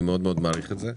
אני מעריך את זה מאוד.